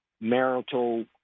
marital